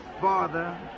Father